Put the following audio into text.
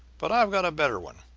but i've got a better one.